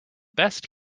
best